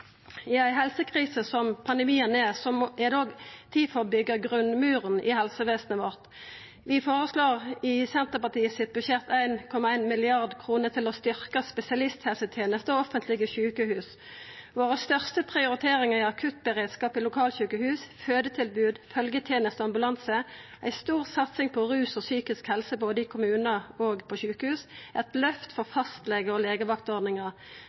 I ei helsekrise som det pandemien er, er det òg tid for å byggja grunnmuren i helsevesenet vårt. I budsjettet vårt føreslår vi 1,1 mrd. kr til å styrkja spesialisthelseteneste og offentlege sjukehus. Dei største prioriteringane våre er akuttberedskap i lokalsjukehus, fødetilbod, følgjeteneste og ambulanse, ei stor satsing på felta rus og psykisk helse både i kommunar og på sjukehus og eit løft for fastlege- og